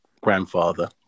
grandfather